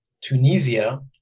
Tunisia